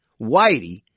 Whitey